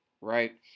right